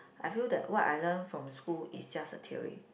I feel that what I learn from school is just a theory